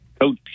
Coach